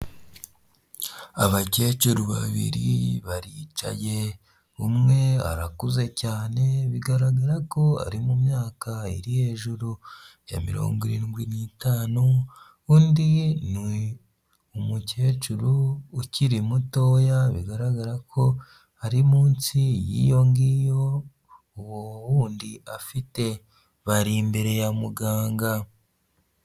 Abakecuru babiri baricaye umwe arakuze cyane bigaragara ko ari mu myaka iri hejuru ya mirongo irindwi n'itanu, undi ni umukecuru ukiri mutoya bigaragara ko ari munsi y'iyo ngiyo uwo wundi afite, bari imbere ya muganga.